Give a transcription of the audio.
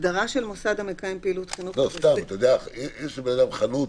אם יש לאדם חנות,